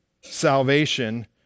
salvation